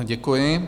Děkuji.